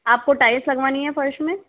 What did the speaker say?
आपको टाइल्स लगवानी है फर्श में